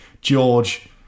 George